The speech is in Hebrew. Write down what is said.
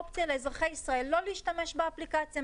עוד אופציה לאזרחי ישראל לא להשתמש באפליקציה,